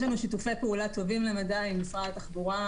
יש לנו שיתופי פעולה טובים למדי עם משרד התחבורה.